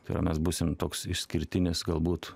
tai yra mes būsim toks išskirtinis galbūt